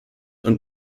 und